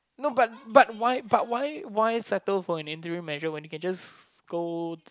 no but but why but why why settle for an interim measure when you can just go